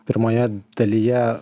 pirmoje dalyje